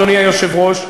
אדוני היושב-ראש,